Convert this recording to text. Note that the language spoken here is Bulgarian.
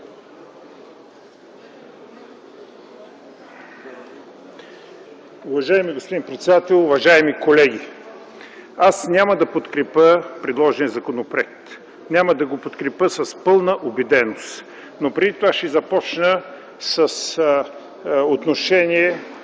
Уважаеми господин председател, уважаеми колеги! Аз няма да подкрепя предложения законопроект. Няма да го подкрепя с пълна убеденост, но преди това ще започна с отношение